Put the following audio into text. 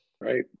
Right